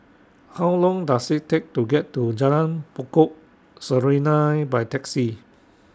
How Long Does IT Take to get to Jalan Pokok Serunai By Taxi